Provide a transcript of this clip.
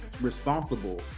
responsible